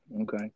Okay